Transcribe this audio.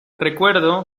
recuerdo